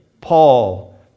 Paul